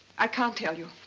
i can't tell you.